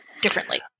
differently